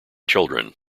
children